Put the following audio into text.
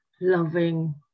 loving